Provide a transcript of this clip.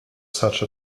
such